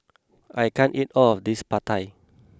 I can't eat all of this Pad Thai